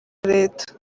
leta